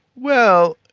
well,